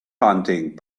hunting